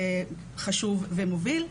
חשוב ומוביל,